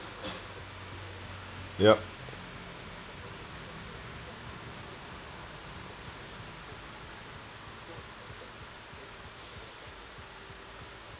yup